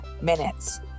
minutes